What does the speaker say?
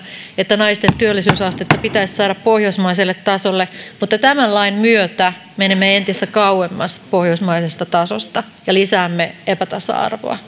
että naisten työllisyysastetta pitäisi saada pohjoismaiselle tasolle mutta tämän lain myötä menemme entistä kauemmas pohjoismaisesta tasosta ja lisäämme epätasa arvoa